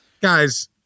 Guys